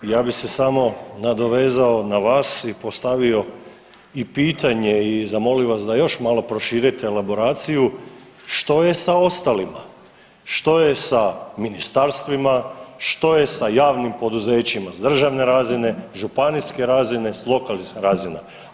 Ja bih se samo nadovezao na vas i postavio i pitanje i zamolio vas da još malo proširite elaboraciju što je sa ostalima, što je sa ministarstvima, što je sa javnim poduzećima s državne razine, županijske razine, s lokalnih razina.